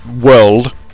world